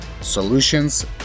solutions